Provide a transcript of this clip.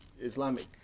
islamic